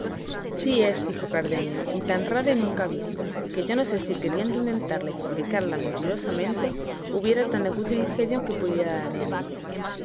sí es dijo cardenio y tan rara y nunca vista que yo no sé si queriendo inventarla y fabricarla mentirosamente hubiera tan agudo ingenio que pudiera dar en ella